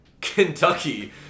Kentucky